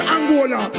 Angola